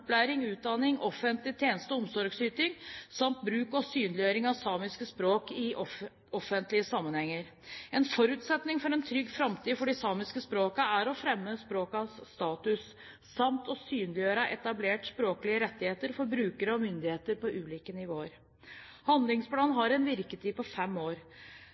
utdanning, offentlig tjeneste- og omsorgsyting samt bruk og synliggjøring av samiske språk i offentlig sammenheng. En forutsetning for en trygg framtid for de samiske språkene er å fremme språkenes status samt å synliggjøre etablerte språklige rettigheter for brukere og myndigheter på ulike nivåer. Handlingsplanen har en virketid på fem år.